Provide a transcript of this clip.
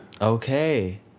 Okay